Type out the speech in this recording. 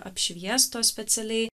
apšviestos specialiai